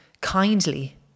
kindly